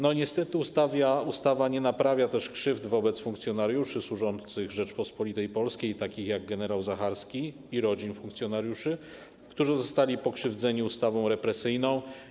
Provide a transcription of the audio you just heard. Niestety ustawa nie naprawia też krzywd wyrządzonych funkcjonariuszom służącym Rzeczypospolitej Polskiej, takim jak gen. Zacharski, i rodzinom funkcjonariuszy, którzy zostali pokrzywdzeni ustawą represyjną.